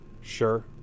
Sure